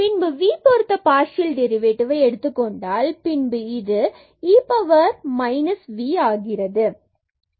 பின்பு நாம் v பொருத்த பார்சியல் டெரிவேடிவ்வை எடுத்துக் கொண்டால் பின்பு இது இவ்வாறு e power minus v ஆகிறது